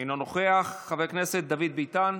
אינו נוכח, חבר הכנסת דוד ביטן,